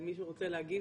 אם מישהו רוצה להגיב,